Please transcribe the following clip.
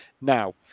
now